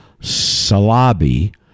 Salabi